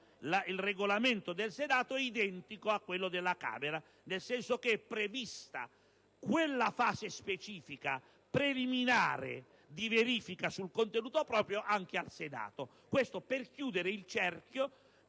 il Regolamento del Senato è identico a quello della Camera, nel senso che è prevista quella fase specifica e preliminare di verifica sul contenuto proprio anche al Senato. Questo, per chiudere il cerchio